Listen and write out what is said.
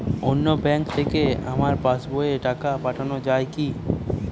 অন্য ব্যাঙ্ক থেকে আমার পাশবইয়ে টাকা পাঠানো যাবে কি?